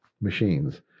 machines